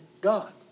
God